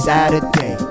Saturday